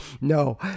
No